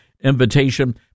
invitation